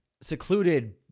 secluded